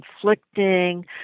conflicting